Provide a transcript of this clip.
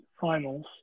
finals